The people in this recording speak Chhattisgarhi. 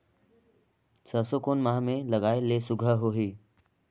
सरसो कोन माह मे लगाय ले सुघ्घर होही?